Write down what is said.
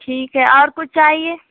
ٹھیک ہے اور کچھ چاہیے